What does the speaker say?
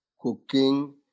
Cooking